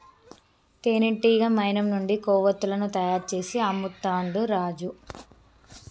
తేనెటీగ మైనం నుండి కొవ్వతులను తయారు చేసి అమ్ముతాండు రాజు